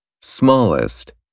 Smallest